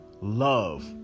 love